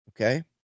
Okay